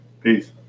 Peace